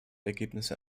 ergebnisse